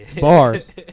Bars